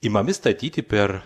imami statyti per